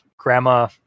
Grandma